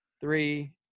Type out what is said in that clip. three